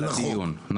זהו.